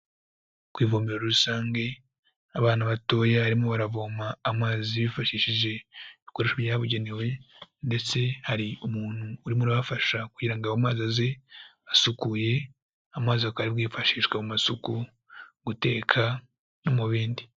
Ku ivomero rusange, abantu batoye barimo baravoma amazi bifashishije ibikoresho byabugenewe ndetse hari umuntu urimo urabafasha kugira ngo ayo mazi aze asukuye, ayo mazi akaba ari bwifashishwe mu masuku, guteka no mu bindi.